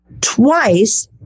twice